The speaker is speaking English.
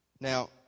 Now